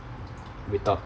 without